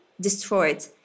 destroyed